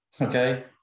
Okay